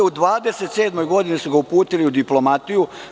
U 27. godini su ga uputili u diplomatiju.